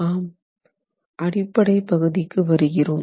ஆம் அடிப்படை பகுதிக்கு வருகிறோம்